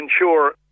ensure